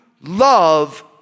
love